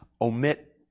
omit